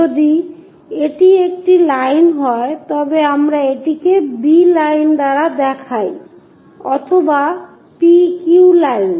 যদি এটি একটি লাইন হয় তবে আমরা এটিকে b লাইন দ্বারা দেখাই অথবা p q লাইন